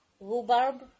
rhubarb